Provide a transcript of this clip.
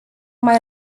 mai